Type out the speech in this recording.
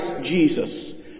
Jesus